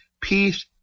peace